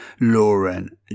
Lauren